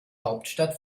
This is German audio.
hauptstadt